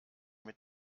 mit